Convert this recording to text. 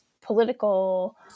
political